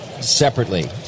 separately